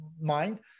mind